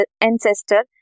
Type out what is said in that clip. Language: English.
ancestor